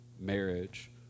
Marriage